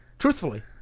truthfully